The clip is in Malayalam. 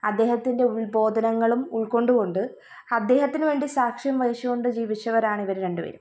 അദ്ദേഹത്തിൻ്റെ ഉത്ബോധനങ്ങളും ഉൾക്കൊണ്ടുകൊണ്ട് അദ്ദേഹത്തിനുവേണ്ടി സാക്ഷ്യം വഹിച്ചു കൊണ്ട് ജീവിച്ചവരാണിവർ രണ്ടുപേരും